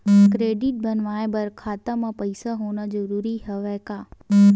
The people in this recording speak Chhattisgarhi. क्रेडिट बनवाय बर खाता म पईसा होना जरूरी हवय का?